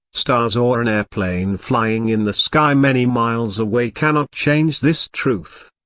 stars or an airplane flying in the sky many miles away cannot change this truth.